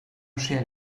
schälen